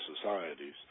societies